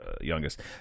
youngest